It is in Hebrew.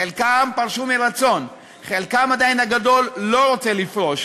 חלקם פרשו מרצון, חלקם הגדול לא רוצים לפרוש.